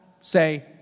say